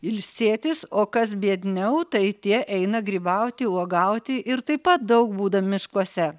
ilsėtis o kas biedniau tai tie eina grybauti uogauti ir taip pat daug būna miškuose